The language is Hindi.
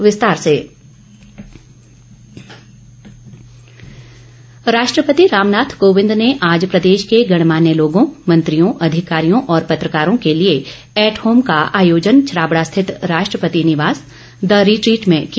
राष्ट्रपति राष्ट्रपति रामनाथ कोविंद ने आज प्रदेश के गणमान्य लोगों मंत्रियों अधिकारियों और पत्रकारों के लिए ऐट होम का आयोजन छराबड़ा स्थित राष्ट्रपति निवास द रिट्रिट में किया